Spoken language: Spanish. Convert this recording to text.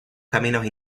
caminos